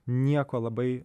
nieko labai